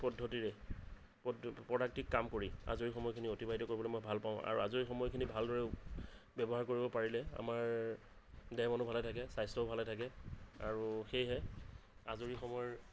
পদ্ধতিৰে প্ৰডাক্টিভ কাম কৰি আজৰি সময়খিনি অতিবাহিত কৰিবলৈ মই ভাল পাওঁ আৰু আজৰি সময়খিনি ভাল দৰে ব্যৱহাৰ কৰিব পাৰিলে আমাৰ দেহ মনো ভালে থাকে স্বাস্থ্যও ভালে থাকে আৰু সেয়েহে আজৰি সময়ৰ